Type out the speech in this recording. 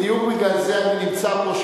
בדיוק בגלל זה אני נמצא פה,